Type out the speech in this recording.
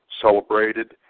celebrated